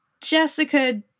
Jessica